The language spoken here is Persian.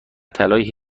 طلای